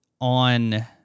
on